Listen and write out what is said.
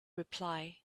reply